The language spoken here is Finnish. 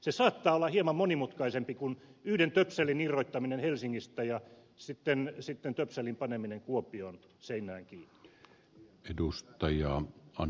se saattaa olla hieman monimutkaisempi kuin yhden töpselin irrottaminen helsingistä ja sitten töpselin paneminen kuopioon seinään kiinni